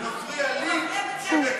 זה מפריע לי שאלה קולות האופוזיציה.